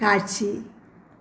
காட்சி